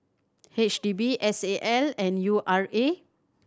H D B S A L and U R A